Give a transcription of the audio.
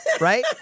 Right